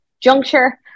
juncture